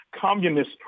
communist